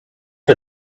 for